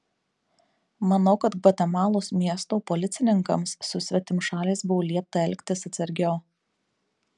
manau kad gvatemalos miesto policininkams su svetimšaliais buvo liepta elgtis atsargiau